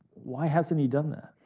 why hasn't he done that?